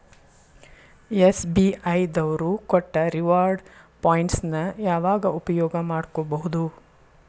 SBI ದವ್ರು ಕೊಟ್ಟ reward points ನ ಯಾವಾಗ ಉಪಯೋಗ ಮಾಡ್ಕೋಬಹುದು?